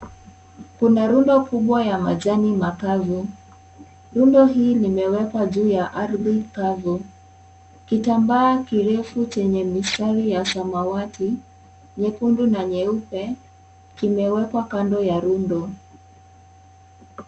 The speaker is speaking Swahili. Kuna rundo kubwa la majani mkavu. Rundo hii, limewekwa juu ya ardhi kavu. Kitambaa kirefu chenye mistari ya samawati, nyekundu na nyeupe, kimewekwa kando ya rundo.